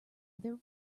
other